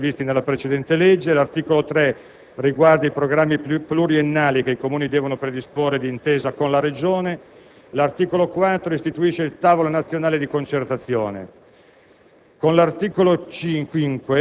L'articolo 2 riporta i benefici fiscali già previsti dalla precedente legge; l'articolo 3 riguarda i programmi pluriennali che i Comuni devono predisporre d'intesa con la Regione; l'articolo 4 istituisce il tavolo nazionale di concertazione.